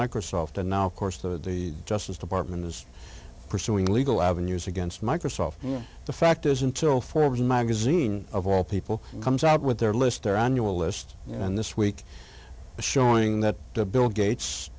microsoft and now course the justice department is pursuing legal avenues against microsoft and the fact is until forbes magazine of all people comes out with their list their annual list and this week showing that the bill gates